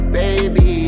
baby